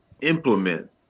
implement